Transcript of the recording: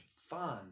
fun